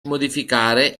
modificare